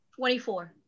24